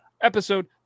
episode